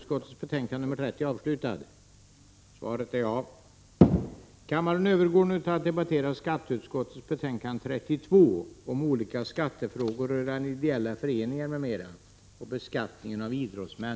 Kammaren övergår nu till att debattera skatteutskottets betänkande 32 om olika skattefrågor rörande ideella föreningar m.m. och beskattningen av idrottsmän.